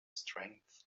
strength